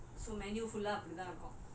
so my karma will come back like that lah